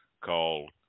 called